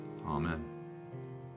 Amen